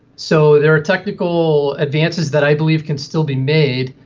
so there are technical advances that i believe can still be made,